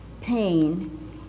pain